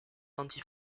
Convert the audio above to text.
anti